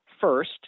First